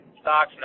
stocks